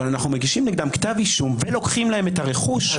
אבל אנחנו מגישים נגדם כתב אישום ולוקחים להם את הרכוש.